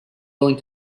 willing